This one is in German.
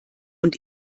und